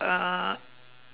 uh